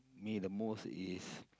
me the most is